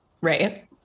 Right